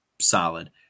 solid